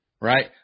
right